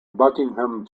buckingham